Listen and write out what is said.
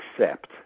accept